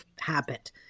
habit